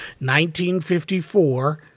1954